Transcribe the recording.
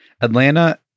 Atlanta